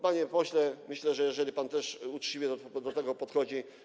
Panie pośle, myślę, że jeżeli pan też uczciwie do tego podchodzi.